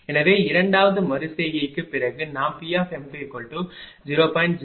எனவே இரண்டாவது மறு செய்கைக்குப் பிறகு நாம் P20